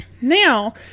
Now